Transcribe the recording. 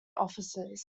officers